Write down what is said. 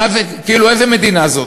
כאילו, איזו מדינה זאת?